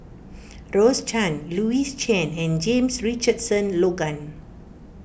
Rose Chan Louis Chen and James Richardson Logan